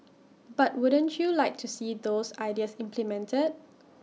but wouldn't you like to see those ideas implemented